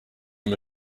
him